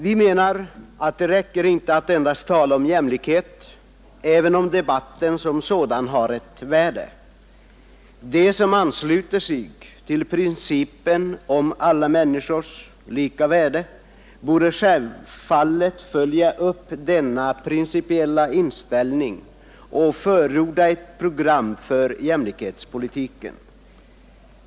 Vi menar att det inte räcker att endast tala om jämlikhet, även om debatten som sådan har ett värde. De som ansluter sig till principen om alla människors lika värde borde självfallet följa upp denna principiella inställning och förorda ett program för jämlikhetspolitiken.